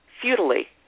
futilely